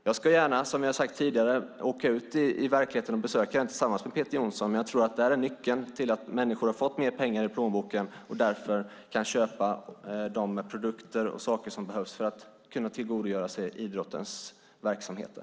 Jag ska gärna åka ut och besöka verkligheten tillsammans med Peter Johnsson, men jag tror att det här är nyckeln till att människor har fått mer pengar i plånboken och därför kan köpa de produkter som behövs för att tillgodogöra sig idrottens verksamheter.